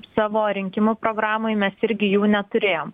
savo rinkimų programoj mes irgi jų neturėjom